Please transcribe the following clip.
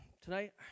tonight